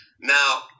Now